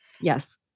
Yes